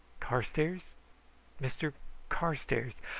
carstairs mr carstairs?